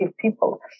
people